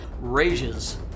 rages